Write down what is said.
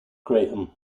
graham